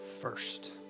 first